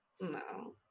No